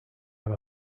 have